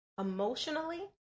emotionally